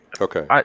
Okay